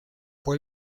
fue